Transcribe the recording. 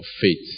faith